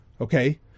Okay